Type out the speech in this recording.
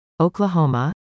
Oklahoma